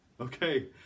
Okay